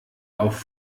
auf